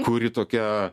kuri tokia